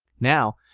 now,